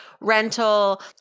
rental